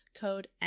code